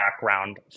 background